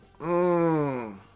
mmm